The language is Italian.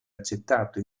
accettato